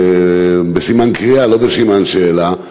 בסימן קריאה ולא בסימן שאלה,